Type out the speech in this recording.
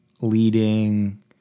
leading